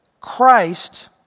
Christ